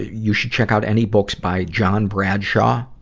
you should check out any books by john bradshaw,